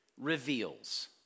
reveals